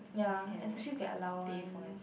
ya especially you get allowance